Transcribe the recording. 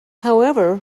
however